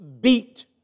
beat